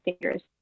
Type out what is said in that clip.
dangerous